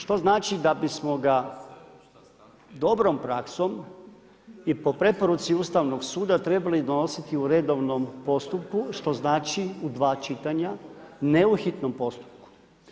Što znači da bismo ga dobrom praksom i po preporuci Ustavnom suda trebali donositi u redovnom postupku, što znači u 2 čitanja, ne u hitnom postupku.